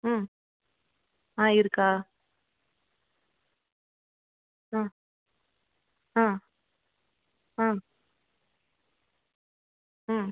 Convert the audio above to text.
ம் ஆ இருக்கா ஆ ஆ ஆ ம்